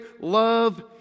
love